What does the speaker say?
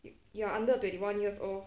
if you are under twenty one years old